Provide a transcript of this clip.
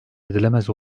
edilemez